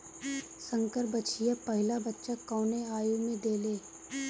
संकर बछिया पहिला बच्चा कवने आयु में देले?